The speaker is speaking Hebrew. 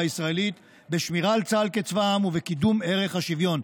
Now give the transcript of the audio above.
הישראלית בשמירה על צה"ל כצבא העם ובקידום ערך השוויון.